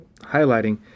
highlighting